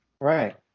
right